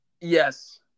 Yes